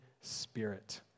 Spirit